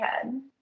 head